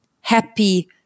happy